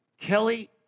Kelly